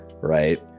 right